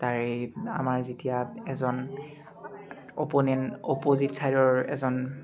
তাৰে আমাৰ যেতিয়া এজন অপ'নেণ্ট অপ'জিট ছাইডৰ এজন